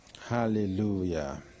Hallelujah